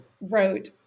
wrote